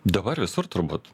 dabar visur turbūt